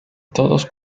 todos